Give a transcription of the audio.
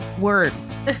words